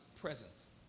presence